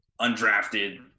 undrafted